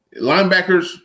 linebackers